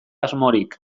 asmorik